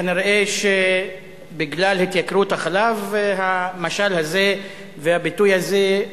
כנראה שבגלל התייקרות החלב, המשל הזה והביטוי הזה,